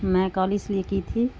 میں کال اس لیے کی تھی